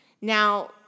Now